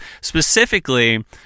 Specifically